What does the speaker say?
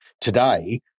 today